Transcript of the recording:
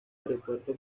aeropuerto